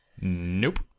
nope